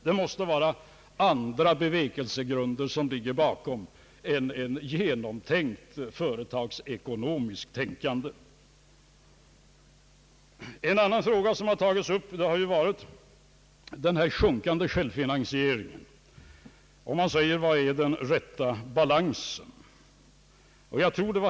Det måste vara andra bevekelsegrunder som ligger bakom ett genomtänkt företagsekonomiskt handlande. En annan fråga som tagits upp under debatten har varit den sjunkande självfinansieringen. Man har undrat när en lämplig balans har uppnåtts.